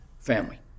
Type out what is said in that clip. family